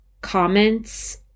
comments